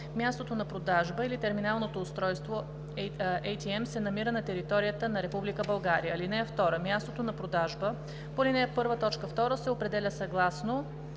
мястото на продажба или терминалното устройство АТМ се намира на територията на Република България. (2) Мястото на продажба по ал. 1, т. 2 се определя съгласно